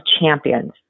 champions